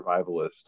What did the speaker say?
survivalist